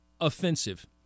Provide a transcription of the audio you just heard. offensive